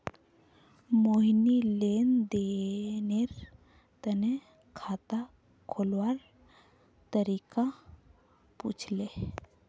मोहिनी लेन देनेर तने खाता खोलवार तरीका पूछले